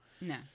no